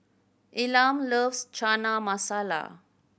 Elam loves Chana Masala